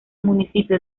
municipio